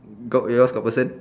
got yours got person